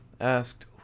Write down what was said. asked